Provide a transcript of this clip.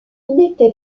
n’était